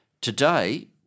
Today